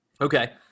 Okay